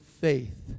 faith